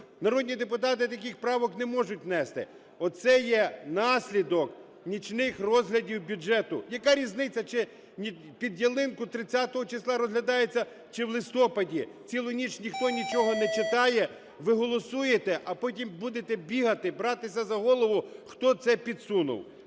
Народні депутати таких правок не можуть внести. Оце є наслідок нічних розглядів бюджету. Яка різниця, чи "під ялинку" 30 числа розглядається, чи в листопаді? Цілу ніч ніхто нічого не читає, ви голосуєте, а потім будете бігати, братися за голову, хто це підсунув.